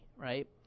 right